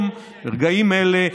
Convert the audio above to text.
ממש ברגעים אלה,